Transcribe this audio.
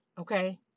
okay